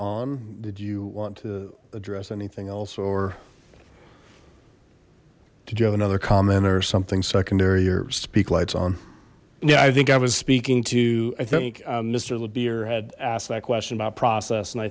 on did you want to address anything else or did you have another comment or something secondary your speak lights on yeah i think i was speaking to i think mister lapierre had asked that question about process and i